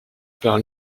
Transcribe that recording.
par